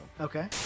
Okay